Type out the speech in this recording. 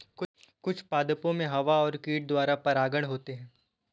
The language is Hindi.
कुछ पादपो मे हवा और कीट द्वारा परागण होता है